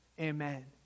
Amen